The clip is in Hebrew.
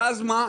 ואז מה?